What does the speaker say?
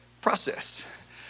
process